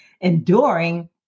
enduring